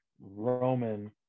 Roman